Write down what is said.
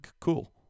cool